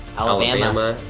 alabama.